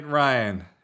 Ryan